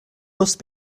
must